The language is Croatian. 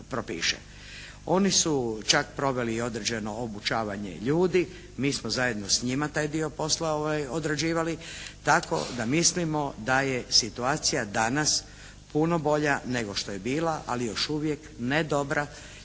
Oni su čak proveli i određeno obučavanje ljudi. Mi smo zajedno s njima taj dio posla odrađivali tako da mislimo da je situacija danas puno bolja nego što je bila ali još uvijek ne dobra